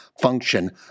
function